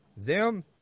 Zoom